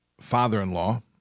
father-in-law